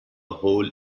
hole